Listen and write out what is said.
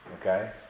Okay